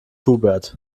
hubert